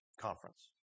conference